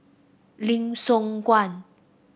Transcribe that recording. Lim Siong Guan